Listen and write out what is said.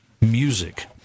music